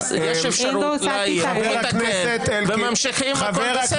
יש אפשרות --- וממשיכים והכול בסדר.